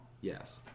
Yes